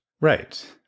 Right